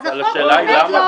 השאלה היא למה.